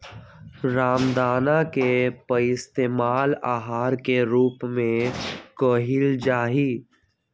रामदाना के पइस्तेमाल आहार के रूप में कइल जाहई